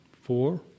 four